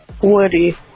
Woody